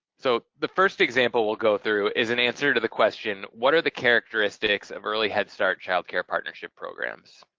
so the first example we'll go through is an answer to the question, what are the characteristics of early head start child care partnership programs?